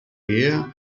ehe